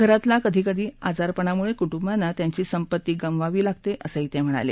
घरातला कधीकधी आजारपणामुळे कुटुंबांना त्यांची संपत्ती गमवावी लागते असंही ते म्हणाले